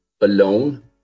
alone